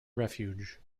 refuge